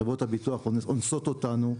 חברת הביטוח אונסות אותנו.